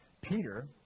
Peter